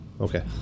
Okay